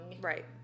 right